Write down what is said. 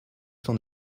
son